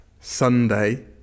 Sunday